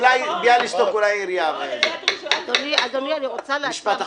בעיריית ירושלים זה קטסטרופה.